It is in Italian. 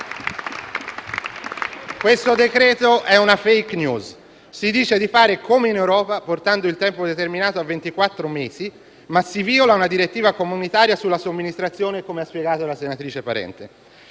Questo decreto-legge è una *fake news*. Si dice di fare come in Europa, portando il tempo determinato a ventiquattro mesi, ma si viola una direttiva comunitaria sulla somministrazione, come ha spiegato la senatrice Parente.